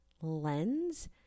lens